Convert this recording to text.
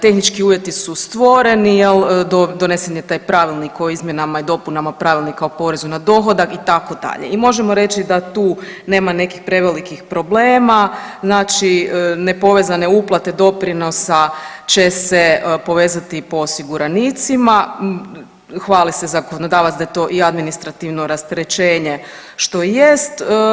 Tehnički uvjeti su stvoreni, donesen je taj Pravilnik o izmjenama i dopunama Pravilnika o poreznu na dohodak, itd. i možemo reći da tu nema nekih prevelikih problema, znači nepovezane uplate doprinosa će se povezati po osiguranicima, hvali se zakonodavac da je to i administrativno rasterećenje, što i jest.